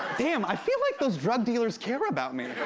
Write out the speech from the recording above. damn, i feel like those drug dealers care about me.